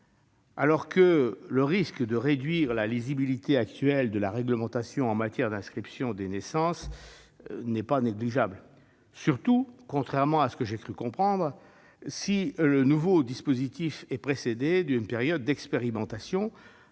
alors que le risque d'amoindrir la lisibilité actuelle de la réglementation en matière d'inscription des naissances à l'état civil n'est pas négligeable, surtout si, contrairement à ce que j'avais cru comprendre, la mise en oeuvre du nouveau dispositif est précédée d'une période d'expérimentation,